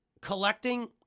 collecting